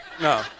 No